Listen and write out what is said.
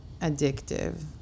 addictive